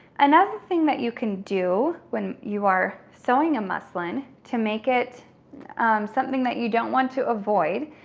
another thing that you can do when you are sewing a muslin to make it something that you don't want to avoid,